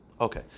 Okay